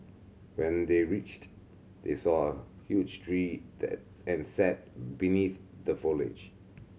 when they reached they saw a huge tree and sat beneath the foliage